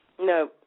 No